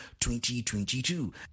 2022